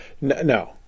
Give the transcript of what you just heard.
no